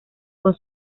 con